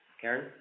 Karen